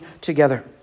together